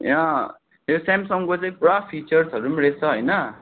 ए यो स्यामसङ्गको चाहिँ पुरा फिचर्सहरू पनि रहेछ होइन